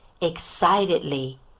excitedly